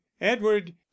edward